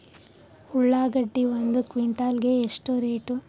ಉಳ್ಳಾಗಡ್ಡಿ ಒಂದು ಕ್ವಿಂಟಾಲ್ ಗೆ ಎಷ್ಟು ರೇಟು?